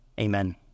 Amen